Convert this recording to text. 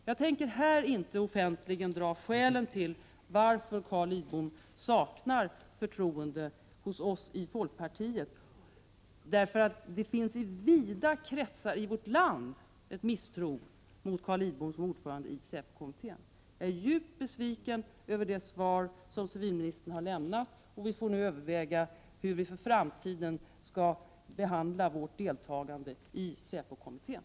Jag tänker här inte offentligen räkna upp skälen till att Carl Lidbom saknar förtroende hos oss i folkpartiet, för det finns i vida kretsar i vårt land en misstro mot Carl Lidbom som ordförande i SÄPO-kommittén. Jag är djupt besviken över det svar som civilministern har lämnat, och vi får nu överväga hur vi för framtiden skall behandla vårt deltagande i SÄPO-kommittén.